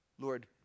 Lord